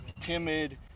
timid